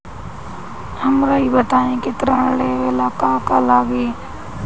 हमरा ई बताई की ऋण लेवे ला का का लागी?